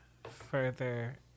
Further